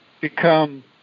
become